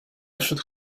should